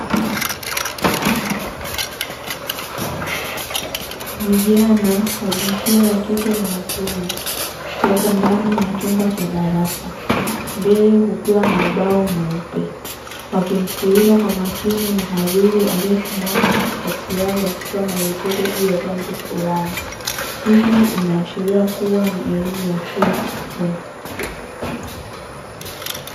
Vijana wa jinsia ya kike na ya kiume wapo ndani ya chumba cha darasa. Mbele kukiwa na ubao mweupe .Wakimsikiliza kwa makini mhadhiri aliyesimama kati kati yao akitoa maelekezo juu ya jambo fulani. Hii inaashiria kuwa ni elimu ya chuo kikuu.